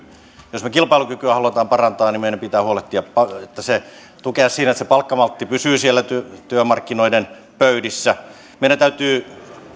jos me kilpailukykyä haluamme parantaa meidän pitää tukea sitä että se palkkamaltti pysyy siellä työmarkkinoiden pöydissä meidän täytyy